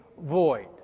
void